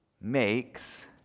makes